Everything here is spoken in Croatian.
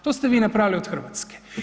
To ste vi napravili od Hrvatske.